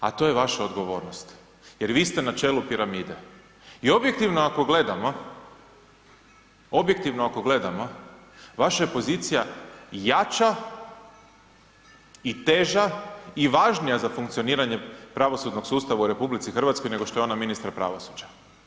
A to je vaša odgovornost jer vi ste na čelu piramide i objektivno ako gledamo, objektivno ako gledamo, vaša je pozicija jača i teža i važnija za funkcioniranje pravosudnog sustava u RH nego što je ona ministra pravosuđa.